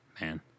man